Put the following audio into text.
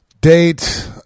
date